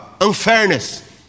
unfairness